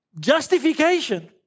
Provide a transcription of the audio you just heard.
justification